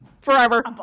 Forever